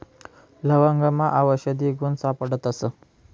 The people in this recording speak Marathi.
लवंगमा आवषधी गुण सापडतस